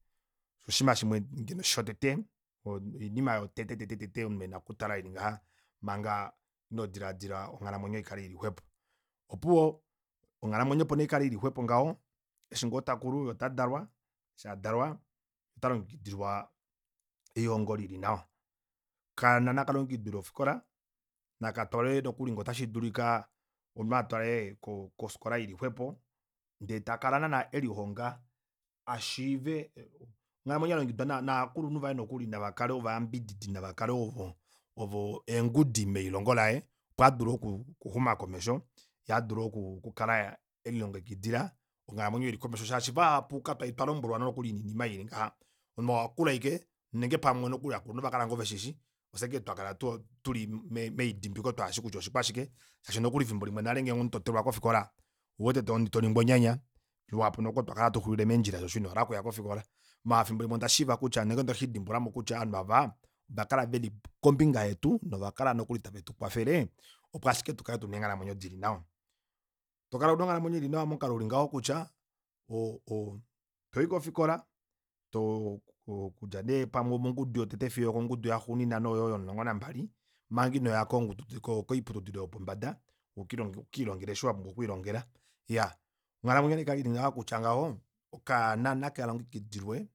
Oshinima shimwe ngeno sho tete oinima yotete omunhu ena okutala oya ngaha manga ino dilaadila onghalamwenyo ikale ili xwepo opuwo onghalamwenyo opo nee ikale ili xwepo ngaho eshi ngoo takulu yee otadalwa eshi adalwa ota longekidilwa elihongo lili nawa okaana naka longekidilwe ofikola naka twalwe noku ngee ota shidulika omunhu atwalwe ko kofikola ili xwepo ndee takala naana elihonga ashiive onghalamwenyo yalongekidwa novakulunhu vaye nokuli nava kale ovayambididi navakale ovo eengudi melihongo laye opo adule okuxuma komesho yee adule oku kala elilongekidila onghalamwenyo oyo ili komesho shaashi vahapu kakwali twalombwelwa nokuli noinima ei ili ngaha omunhu owakula ashike nenge pamwe nokuli aakulunhu ovakala ngoo veshishi ofye ashike twakala tuli melidimbiko tuheshi kutya oshikwashike shashi nokuli efimbo limwe nale ngee omunhu totelwa kofikola ouwete toningwa onyanya luhapu nokuli otwa kala hatu xulile meendjila shaashi omunhu inohala oku ya kofikoal maala efimbo limwe onda shiiva kutya nenge onde shidimbululamo kutya ovanhu aava ovakala veli kombinga yetu novakala nokuli tave tukwafele opo ashike tukale tuna eenghalamwenyo dili nawa tokala una onghalamwenyo ili nawa momukalo uli ngaho kutya o- o toyi kofikola kutya nee pamwe omongudu yotete ile pamwe okongudu yaxuuninwa oyo yomulongo nambali omanga inoya koiputudilo yopombada ukelilongele osho wapumbwa okuke lilongela. iyaa onghalamwenyo naikale ili ngaha kutya ngaho okaana naka longekidilwe